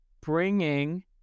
bringing